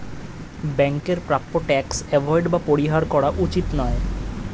ব্যাংকের প্রাপ্য tax avoid বা পরিহার করা উচিত নয়